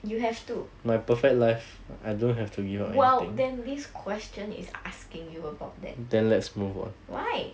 you have to well then this question is asking you about that why